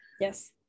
Yes